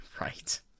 Right